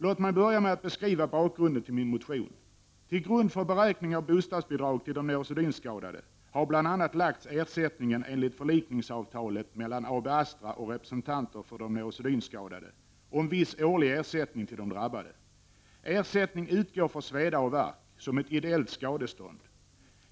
Låt mig börja med att beskriva bakgrunden till min motion. Till grund för beräkning av bostadsbidrag för de neurosedynskadade har bl.a. lagts ersättningen enligt förlikningsavtalet mellan AB Astra och representanter för de neurosedynskadade om viss årlig ersättning till de drabbade. Ersättning utgår för sveda och värk, som ett ideellt skadestånd.